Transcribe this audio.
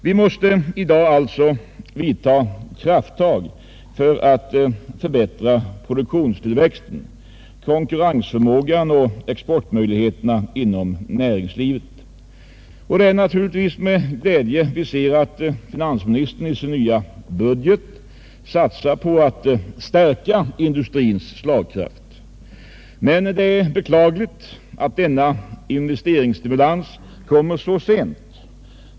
Vi måste i dag alltså vidta krafttag för att förbättra produktionstillväxten, konkurrensförmågan och exportmöjligheterna inom näringslivet. Det är naturligtvis med glädje vi ser att finansministern i sin nya budget satsar på att stärka industrins slagkraft. Men det är beklagligt att denna investeringsstimulans kommer så sent.